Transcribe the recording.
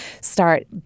start